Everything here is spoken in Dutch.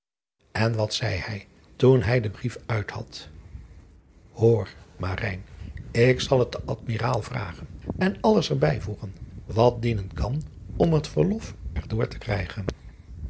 en wat zeî hij toen hij den brief uit had oor k zal het den dmiraal vragen en alles er bijvoegen wat dienen kan om het verlof er door te krijgen